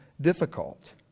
difficult